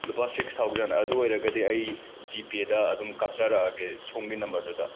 ꯂꯨꯄꯥ six thousand ꯑꯗꯨ ꯑꯣꯏꯔꯒꯗꯤ ꯑꯩ ꯖꯤ ꯄꯦꯗ ꯑꯗꯨꯝ ꯀꯥꯞꯆꯔꯛꯑꯒꯦ ꯁꯣꯝꯒꯤ ꯅꯝꯕꯔꯗꯨꯗ